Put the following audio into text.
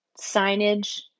signage